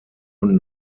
und